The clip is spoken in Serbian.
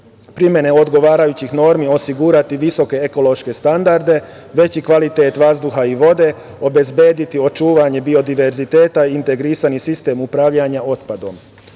primene odgovarajućih normi osigurati visoke ekološke standarde, veći kvalitet vazduha i vode, obezbediti očuvanje biodiverziteta i integrisani sistem upravljanja otpadom.